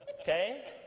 Okay